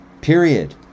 Period